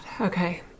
Okay